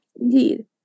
Indeed